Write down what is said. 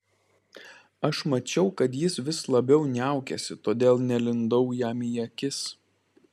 aš mačiau kad jis vis labiau niaukiasi todėl nelindau jam į akis